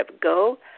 go